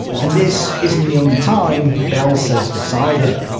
and this isn't the only time bel says this either.